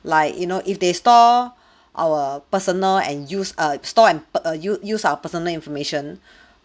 like you know if they store our personal and use err store and uh use use our personal information